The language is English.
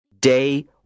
Day